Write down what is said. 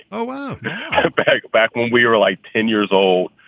oh, um back back when we were like ten years old.